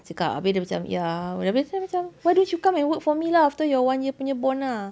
cakap habis dia macam ya whatever lepas tu dia macam why don't you come and work for me lah after your one year punya bond lah